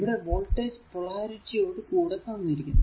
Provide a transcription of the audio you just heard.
ഇവിടെ voltage polarity യോട് കൂടെ തന്നിരിക്കുന്നു